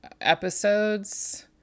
episodes